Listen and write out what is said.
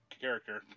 character